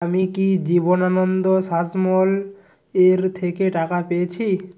আমি কি জীবনানন্দ শাসমল এর থেকে টাকা পেয়েছি